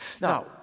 Now